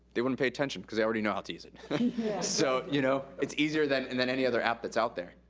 they wouldn't pay attention cause they already know how to use it. so you know it's easier than and than any other app that's out there.